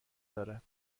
دارد